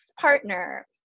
partner